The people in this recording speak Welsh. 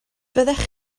fyddech